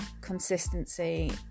consistency